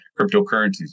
cryptocurrencies